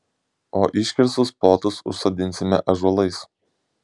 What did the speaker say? o iškirstus plotus užsodinsime ąžuolais